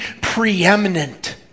preeminent